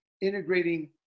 integrating